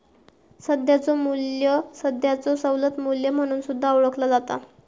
सध्याचो मू्ल्य सध्याचो सवलत मू्ल्य म्हणून सुद्धा ओळखला जाता